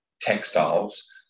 textiles